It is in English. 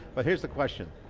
but here's the question.